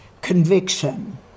conviction